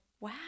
wow